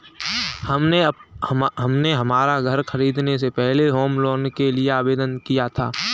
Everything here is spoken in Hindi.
हमने हमारा घर खरीदने से पहले होम लोन के लिए आवेदन किया था